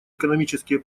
экономические